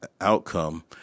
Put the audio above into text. outcome